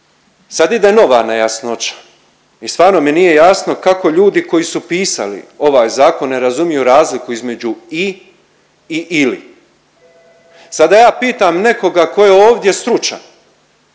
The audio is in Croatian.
Sad ide nova nejasnoća i stvarno mi nije jasno kako ljudi koji su pisali ovaj zakon ne razumiju razliku između i i ili. Sad da ja pitam nekoga tko je ovdje stručan,